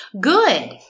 Good